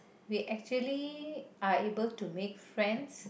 we actually are able to make friends